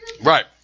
Right